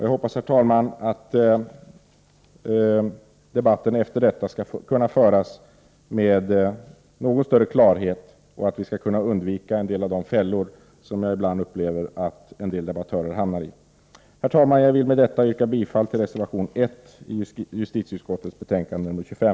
Jag hoppas, herr talman, att debatten efter detta skall föras med något större klarhet och att vi skall kunna undvika en del av de fällor som jag ibland upplevt att en del debattörer hamnat i. Herr talman! Jag vill med detta yrka bifall till reservation 1 i justitieutskottets betänkande 25.